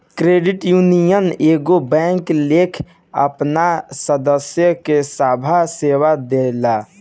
credit union एगो bank लेखा आपन सदस्य के सभ सेवा देला